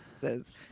says